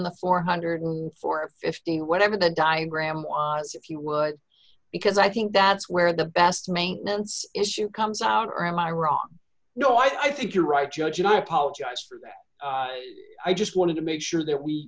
thousand four hundred and fifteen or whatever the diagram is if you would because i think that's where the best maintenance issue comes out or am i wrong no i think you're right judge and i apologize for that i just wanted to make sure that we